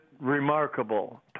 remarkable